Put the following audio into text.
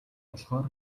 болохоор